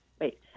wait